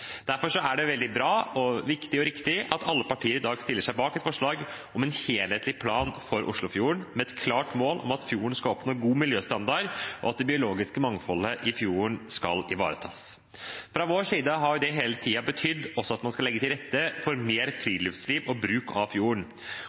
Derfor er det veldig bra, viktig og riktig at alle partier i dag stiller seg bak et forslag om en helhetlig plan for Oslofjorden med et klart mål om at fjorden skal oppnå god miljøstandard, og at det biologiske mangfoldet i fjorden skal ivaretas. Fra vår side har det hele tiden også betydd at man skal legge til rette for mer friluftsliv og bruk av fjorden.